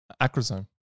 acrosome